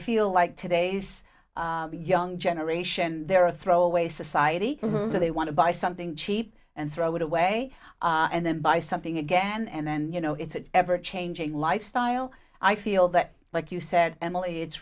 i feel like today's young generation they're a throwaway society rules or they want to buy something cheap and throw it away and then buy something again and then you know it's an ever changing lifestyle i feel that like you said emily it's